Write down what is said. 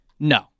No